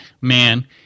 man